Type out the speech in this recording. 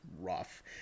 rough